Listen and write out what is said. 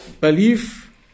Belief